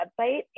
website